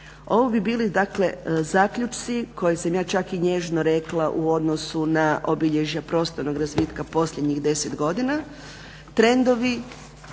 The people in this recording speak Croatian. Ovo bi bili dakle zaključci koje sam ja čak i nježno rekla u odnosu na obilježja prostornog razvitka posljednjih 10 godina. Trendovi